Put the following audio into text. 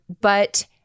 But-